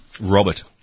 Robert